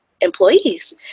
employees